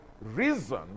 reason